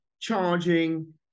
charging